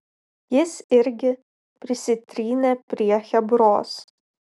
jis irgi prisitrynė prie chebros